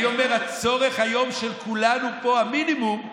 אני אומר: הצורך של כולנו פה היום, המינימום,